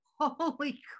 Holy